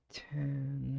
ten